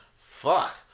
Fuck